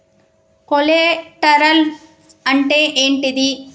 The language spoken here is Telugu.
కొలేటరల్స్ అంటే ఏంటిది?